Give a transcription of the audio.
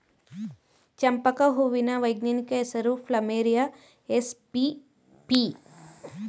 ಚಂಪಕ ಹೂವಿನ ವೈಜ್ಞಾನಿಕ ಹೆಸರು ಪ್ಲಮೇರಿಯ ಎಸ್ಪಿಪಿ